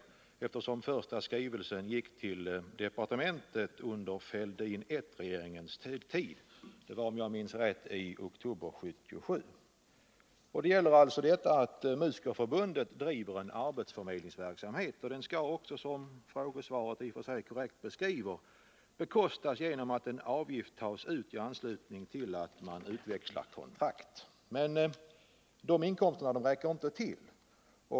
Den första skrivelsen från Musikerförbundet gick nämligen till departementet under den första Fälldinregeringens tid, i oktober 1977, om jag minns rätt. Frågan gäller alltså det förhållandet att Musikerförbundet driver en arbetsförmedlingsverksamhet. Denna verksamhet skall, som i och för sig korrekt påpekas i svaret, bekostas genom att en avgift tas ut i anslutning till att kontrakt utväxlas. Men inkomsterna därav räcker inte till.